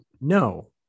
No